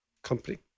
company